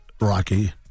Rocky